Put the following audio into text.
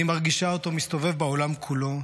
אני מרגישה אותו מסתובב בעולם כולו,